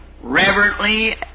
reverently